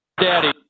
Daddy